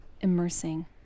immersing